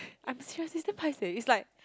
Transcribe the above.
I'm seriously damn paiseh it's like